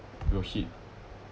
will hit